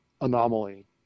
anomaly